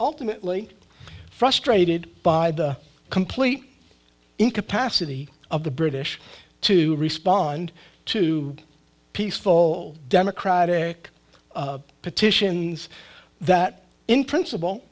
ultimately frustrated by the complete incapacity of the british to respond to peaceful democratic petitions that in principle